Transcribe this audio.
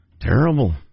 Terrible